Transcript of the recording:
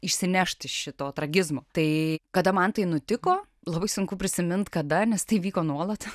išsinešt iš šito tragizmo tai kada man tai nutiko labai sunku prisimint kada nes tai vyko nuolat